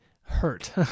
hurt